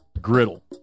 Griddle